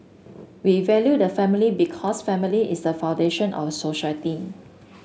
we value the family because family is the foundation of society